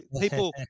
people